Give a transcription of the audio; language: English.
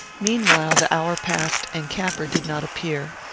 meanwhile the hour passed and capper did not appear.